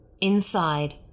Inside